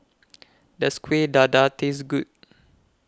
Does Kueh Dadar Taste Good